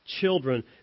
children